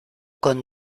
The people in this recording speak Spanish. con